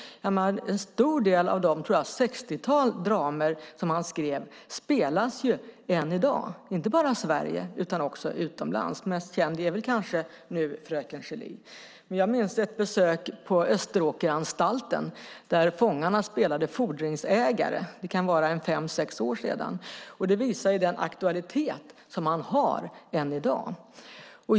En stor del av det sextiotal dramer som han skrev spelas ju än i dag, inte bara i Sverige utan också utomlands. Mest känd är kanske Fröken Julie . Jag minns ett besök på Österåkeranstalten där fångarna spelade Fordringsägare . Det kan vara fem sex år sedan. Det visar den aktualitet som han har än i dag.